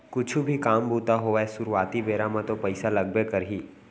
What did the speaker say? कुछु भी काम बूता होवय सुरुवाती बेरा म तो पइसा लगबे करही